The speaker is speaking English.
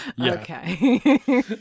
okay